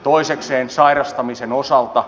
toisekseen sairastamisen osalta